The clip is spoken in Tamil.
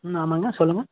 ம் ஆமாங்க சொல்லுங்கள்